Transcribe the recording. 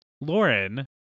Lauren